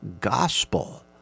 gospel